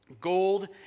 gold